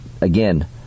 again